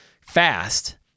fast